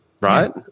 right